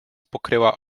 pokryła